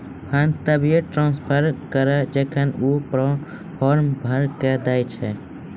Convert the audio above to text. fund तभिये transfer करऽ जेखन ऊ फॉर्म भरऽ के दै छै